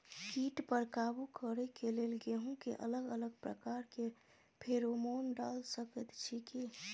कीट पर काबू करे के लेल गेहूं के अलग अलग प्रकार के फेरोमोन डाल सकेत छी की?